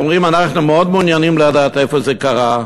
והם אומרים: אנחנו מאוד מעוניינים לדעת איפה זה קרה,